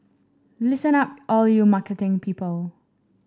listen up all you marketing people